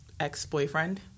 Ex-boyfriend